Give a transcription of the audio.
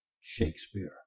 Shakespeare